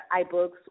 iBooks